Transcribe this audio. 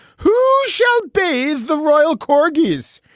who shall be the royal corgis?